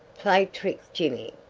play trick, jimmy.